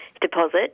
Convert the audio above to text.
deposit